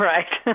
Right